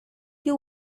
you